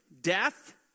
death